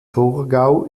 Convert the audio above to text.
torgau